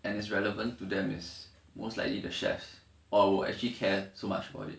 and it's relevant to them is most likely the chefs or will actually care so much about it